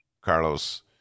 Carlos